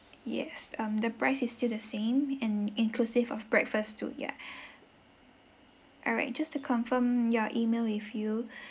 yes um the price is still the same and inclusive of breakfast too yeah all right just to confirm your email with you